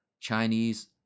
Chinese